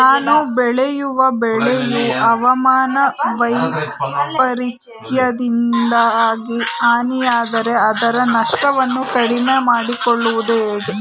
ನಾನು ಬೆಳೆಯುವ ಬೆಳೆಯು ಹವಾಮಾನ ವೈಫರಿತ್ಯದಿಂದಾಗಿ ಹಾನಿಯಾದರೆ ಅದರ ನಷ್ಟವನ್ನು ಕಡಿಮೆ ಮಾಡಿಕೊಳ್ಳುವುದು ಹೇಗೆ?